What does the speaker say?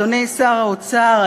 אדוני שר האוצר,